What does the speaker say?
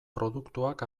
produktuak